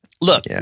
Look